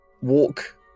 walk